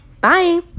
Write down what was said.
bye